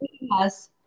Yes